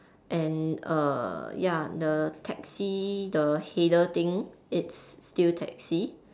and err ya the taxi the header thing it's still taxi